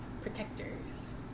protectors